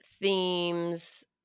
themes